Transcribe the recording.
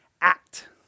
act